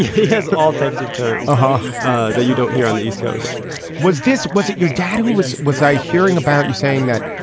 he has all types of aha ah that you don't hear on the east coast was this was it your dad who was was i hearing about you saying that.